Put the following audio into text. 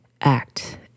act